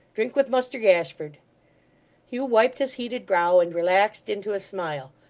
drink with muster gashford hugh wiped his heated brow, and relaxed into a smile.